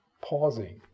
pausing